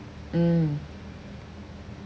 mm